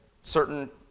certain